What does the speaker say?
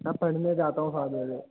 मैं पढ़ने जाता हूँ सात बजे